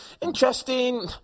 Interesting